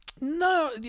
No